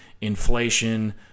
inflation